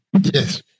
Yes